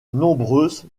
nombreuses